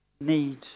need